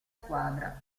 squadra